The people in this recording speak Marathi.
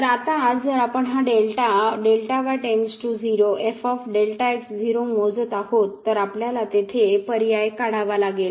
तर आता जर आपण हा डेल्टा Δy → 0 मोजत आहोत तर आपल्याला तिथे पर्याय काढावा लागेल